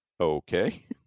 Okay